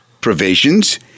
provisions